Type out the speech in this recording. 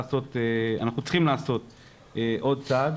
אנחנו צריכים לעשות עוד צעד.